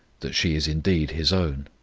that she is indeed his own,